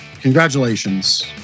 congratulations